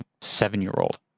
seven-year-old